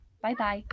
Bye-bye